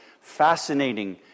fascinating